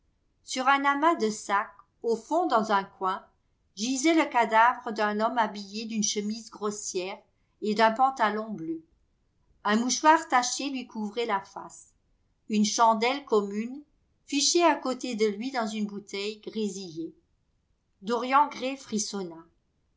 sur un amas de sacs au fond dans un coin gisait le cadavre d'un homme habillé d'une chemise grossière et d'un pantalon bleu un mouchoir taché lui couvrait la face une chandelle commune fichée à côté de lui dans une bouteille grésillait dorian gray frissonna